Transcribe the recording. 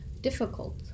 difficult